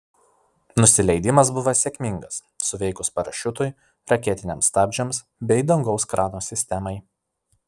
nusileidimas buvo sėkmingas suveikus parašiutui raketiniams stabdžiams bei dangaus krano sistemai